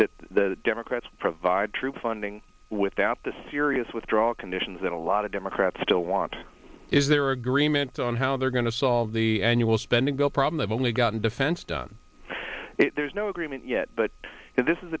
that the democrats will provide troop funding without the serious withdrawal conditions that a lot of democrats still want is there agreement on how they're going to solve the annual spending bill problem only gotten defense done there's no agreement yet but this is